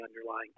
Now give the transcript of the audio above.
underlying